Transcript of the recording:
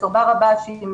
עם